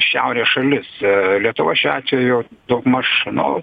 šiaurės šalis lietuva šiuo atveju daugmaž nu